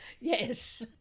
Yes